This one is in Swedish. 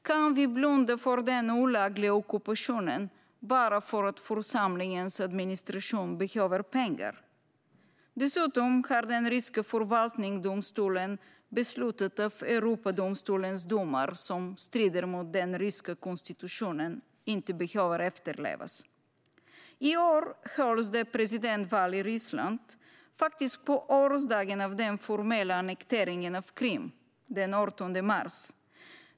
Kan vi blunda för den olagliga ockupationen bara för att församlingens administration behöver pengar? Dessutom har den ryska författningsdomstolen beslutat att Europadomstolens domar, som strider mot den ryska konstitutionen, inte behöver efterlevas. I år hölls det presidentval i Ryssland, faktiskt på årsdagen av den formella annekteringen av Krim: den 18 mars.